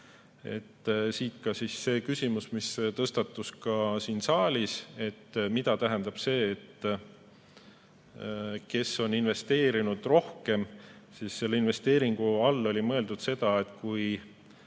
osalustasu. Siit see küsimus, mis tõstatus ka siin saalis, et mida tähendab see, et kes on investeerinud rohkem. Selle investeeringu all oli mõeldud seda, et kui